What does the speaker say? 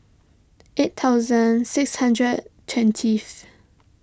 eight thousand six hundred twentieth